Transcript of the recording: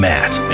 Matt